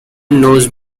knows